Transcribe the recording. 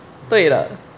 对了